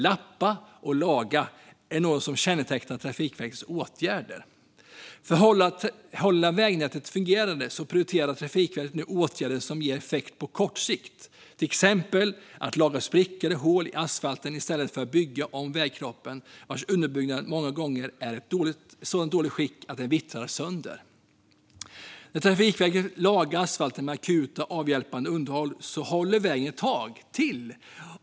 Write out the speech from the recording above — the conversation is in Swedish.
Lappa och laga är något som kännetecknar Trafikverkets åtgärder. För att hålla vägnätet fungerande prioriterar Trafikverket åtgärder som ger effekt på kort sikt - till exempel att laga sprickor eller hål i asfalten i stället för att bygga om vägkroppen, vars underbyggnad många gånger är i så dåligt skick att den vittrar sönder. När Trafikverket lagar asfalten med akut avhjälpande underhåll håller vägen ett tag till.